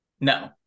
No